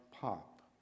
Pop